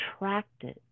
attracted